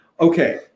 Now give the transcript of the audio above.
Okay